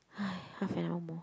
half an hour more